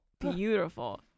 Beautiful